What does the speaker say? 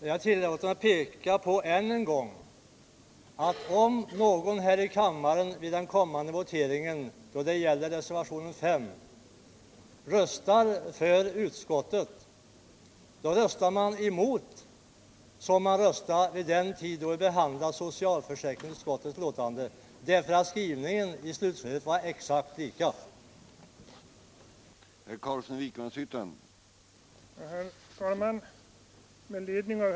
Herr talman! Jag tillåter mig att än en gång påpeka att om någon här i kammaren vid den kommande voteringen då det gäller reservationen 5 röstar för utskottets hemställan, då röstar han eller hon emot sin egen röstning vid det tidigare tillfälle då kammaren behandlade socialförsäkringsutskottets betänkande, eftersom den skrivningen i slutskedet var exakt lik vår reservation nu.